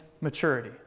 maturity